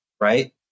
Right